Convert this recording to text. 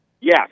Yes